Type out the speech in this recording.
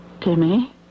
Timmy